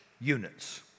units